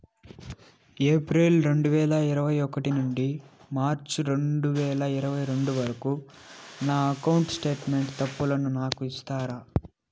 April రెండు వేల ఇరవై ఒకటి నుండి మార్చ్ రెండు వేల ఇరవై రెండు వరకు నా అకౌంట్ స్టేట్మెంట్ తప్పులను నాకు ఇస్తారా?